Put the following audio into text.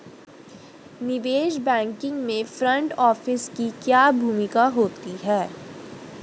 निवेश बैंकिंग में front office की क्या भूमिका होती है?